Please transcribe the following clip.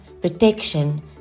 protection